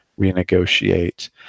renegotiate